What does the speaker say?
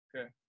okay